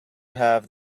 have